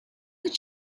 with